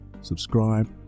subscribe